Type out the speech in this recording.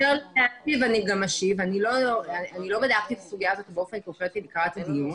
אני לא בדקתי את הסוגיה הזאת באופן קונקרטי לקראת הדיון.